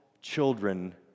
children